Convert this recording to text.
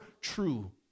true